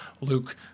Luke